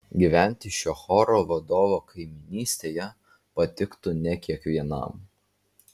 gyventi šio choro vadovo kaimynystėje patiktų ne kiekvienam